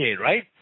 right